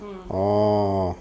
orh